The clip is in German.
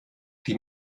die